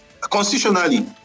constitutionally